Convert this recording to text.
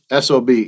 SOB